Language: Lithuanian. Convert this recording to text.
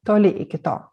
toli iki to